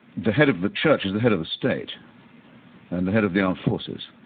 the head of the church is the head of the state and the head of the armed forces.